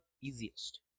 easiest